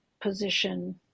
position